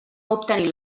obtenir